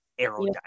aerodynamic